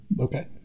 Okay